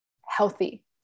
healthy